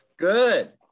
Good